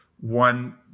one